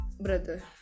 brother